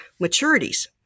maturities